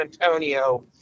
Antonio